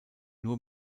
nur